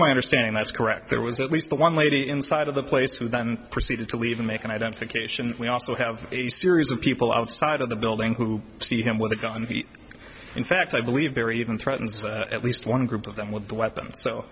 my understanding that's correct there was at least the one lady inside of the place who then proceeded to leave and make an identification we also have a series of people outside of the building who see him with a gun in fact i believe they're even threatening at least one group of them with weapons so